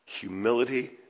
humility